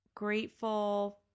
grateful